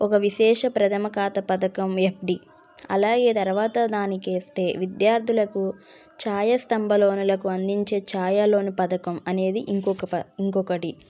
ఒక విశేష ప్రథమ ఖాతా పథకం ఎఫ్డి అలాగే తర్వాత దానికి వస్తే విద్యార్థులకు ఛాయాస్తంభ లోనులకు అందించే ఛాయా లోను పథకం అనేది ఇంకొక ప ఇంకొకటి